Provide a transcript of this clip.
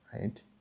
right